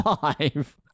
five